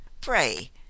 pray